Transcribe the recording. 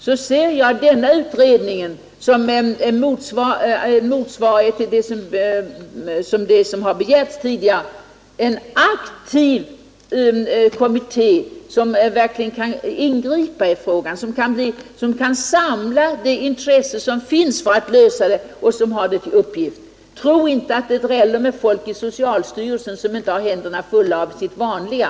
Jag ser det så att denna utredning motsvarar det som begärts tidigare, en aktiv kommitté som verkligen kan ingripa i frågan, som kan samla det intresse som finns för att lösa den och som har detta till uppgift. Tro inte att det dräller med folk i socialstyrelsen som inte har händerna fulla av sitt vanliga.